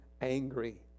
angry